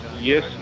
yes